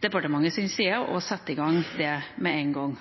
side kan sette i gang med en gang.